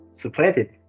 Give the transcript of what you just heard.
supplanted